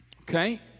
Okay